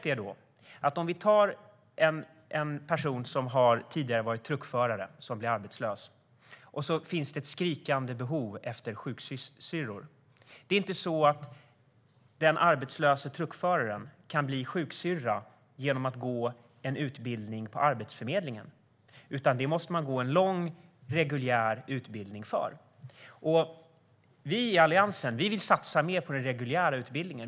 Jag kan som exempel ta en person som tidigare har varit truckförare och blir arbetslös. Samtidigt finns det ett skriande behov av sjuksyrror. Men den arbetslöse truckföraren kan inte bli sjuksyrra genom att gå en utbildning på Arbetsförmedlingen. För att bli sjuksyrra måste man gå en lång reguljär utbildning. Vi i Alliansen vill satsa mer på den reguljära utbildningen.